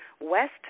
west